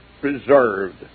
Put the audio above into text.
preserved